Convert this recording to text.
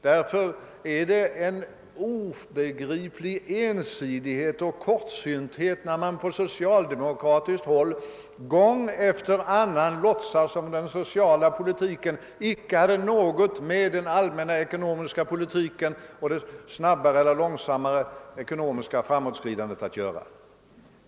Därför är det en obegriplig ensidighet och kortsynthet när man på socialdemokratiskt håll gång efter annan låtsar som om den sociala politiken inte hade något med den allmänna ekonomiska politiken och det snabbare eller långsammare ekonomiska framåtskridandet att göra.